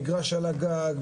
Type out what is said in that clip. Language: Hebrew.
מגרש על הגג,